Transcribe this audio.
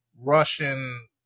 Russian